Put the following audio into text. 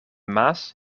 maas